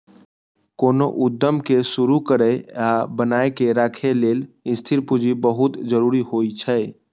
कोनो उद्यम कें शुरू करै आ बनाए के राखै लेल स्थिर पूंजी बहुत जरूरी होइ छै